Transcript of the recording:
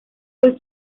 fue